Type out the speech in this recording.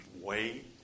wait